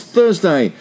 Thursday